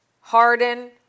Harden